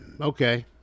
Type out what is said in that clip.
okay